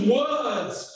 words